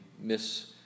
miss